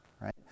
right